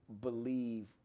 believe